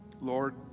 Lord